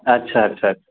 अच्छा अच्छा